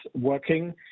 working